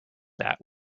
that